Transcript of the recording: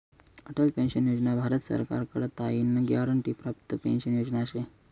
Atal pension योजना भारत सरकार कडताईन ग्यारंटी प्राप्त पेंशन योजना शे